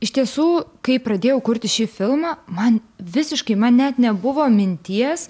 iš tiesų kai pradėjau kurti šį filmą man visiškai man net nebuvo minties